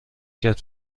کرد